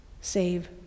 save